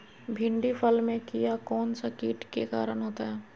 भिंडी फल में किया कौन सा किट के कारण होता है?